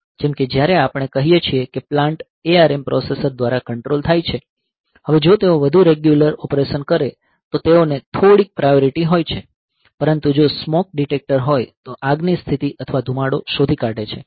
જેમ કે જ્યારે આપણે કહીએ છીએ કે પ્લાન્ટ ARM પ્રોસેસર દ્વારા કંટ્રોલ થાય છે હવે જો તેઓ વધુ રેગ્યુલર ઓપરેશન કરે તો તેઓને થોડી પ્રાયોરિટી હોય છે પરંતુ જો સ્મોક ડિટેક્ટર હોય તો આગની સ્થિતિ અથવા ધુમાડો શોધી કાઢે છે